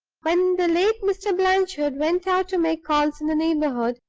when the late mr. blanchard went out to make calls in the neighborhood,